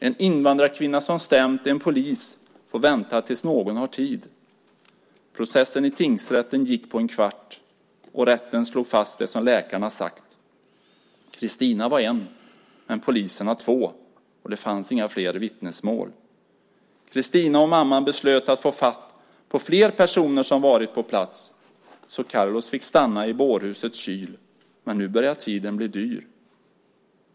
En invandrarkvinna som stämt en polis får vänta tills någon har tid. Processen i tingsrätten gick på en kvart, och rätten slog fast det som läkarna sagt. Kristina var en, men poliserna två, och det fanns inga fler vittnesmål. Kristina och mamman beslöt att få fatt på flera personer som varit på plats. Så Carlos fick stanna i bårhusets kyl, för nu börja' tiden bli dyr.